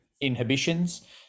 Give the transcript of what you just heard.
inhibitions